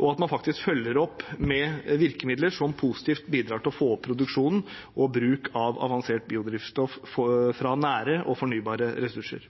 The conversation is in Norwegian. og at man faktisk følger opp med virkemidler som positivt bidrar til å få opp produksjonen og bruken av avansert biodrivstoff fra nære og fornybare ressurser.